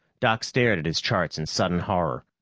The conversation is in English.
doc stared at his charts in sudden horror.